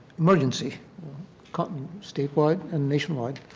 emergency statewide and nationwide.